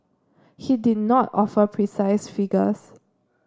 he did not offer precise figures